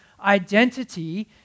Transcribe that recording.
identity